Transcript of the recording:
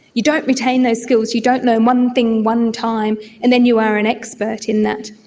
you don't retain those skills, you don't learn one thing one time and then you are an expert in that.